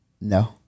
No